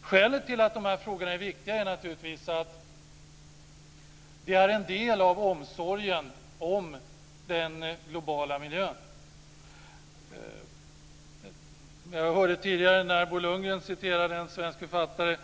Skälet till att de här frågorna är viktiga är naturligtvis att de är en del av omsorgen om den globala miljön. Jag hörde tidigare när Bo Lundgren citerade en svensk författare.